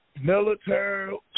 military